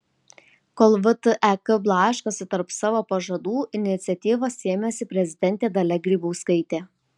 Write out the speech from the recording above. kol vtek blaškosi tarp savo pažadų iniciatyvos ėmėsi prezidentė dalia grybauskaitė